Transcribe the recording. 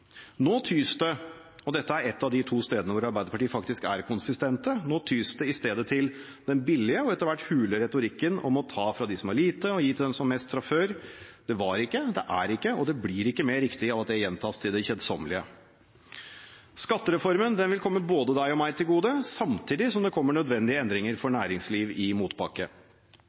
Nå tys det – og dette er et av de to stedene hvor Arbeiderpartiet faktisk er konsistente – i stedet til den billige og etter hvert hule retorikken om å ta fra dem som har lite, og gi til dem som har mest fra før. Det var ikke, det er ikke og det blir ikke mer riktig av at det gjentas til det kjedsommelige. Skattereformen vil komme både deg og meg til gode, samtidig som det kommer nødvendige endringer for